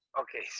Okay